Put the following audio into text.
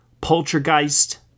Poltergeist